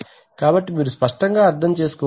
కాబట్టి మీరు స్పష్టంగా అర్థం చేసుకోవచ్చు